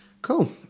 Cool